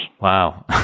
Wow